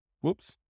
Whoops